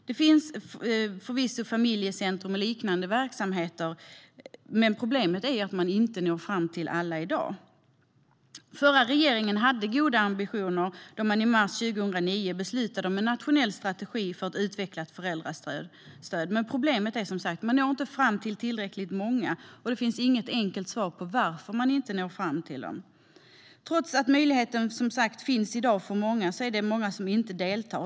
Det finns förvisso familjecentrum och liknande verksamheter, men problemet är att man inte når fram till alla. Förra regeringen hade goda ambitioner då man i mars 2009 beslutade om en nationell strategi för ett utvecklat föräldrastöd. Problemet är som sagt att man inte når ut till tillräckligt många, och det finns inget enkelt svar på varför man inte når fram till dem. Trots att möjligheten finns är det i dag många som inte deltar.